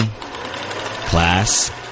Class